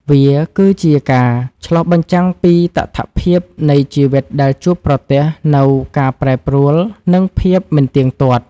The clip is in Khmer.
វាគឺជាការឆ្លុះបញ្ចាំងពីតថភាពនៃជីវិតដែលជួបប្រទះនូវការប្រែប្រួល និងភាពមិនទៀងទាត់។